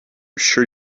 sure